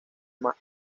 más